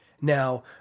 Now